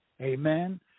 Amen